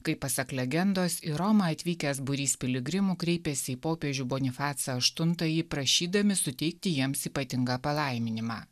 kai pasak legendos į romą atvykęs būrys piligrimų kreipėsi į popiežių bonifacą aštuntąjį prašydami suteikti jiems ypatingą palaiminimą